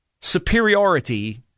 superiority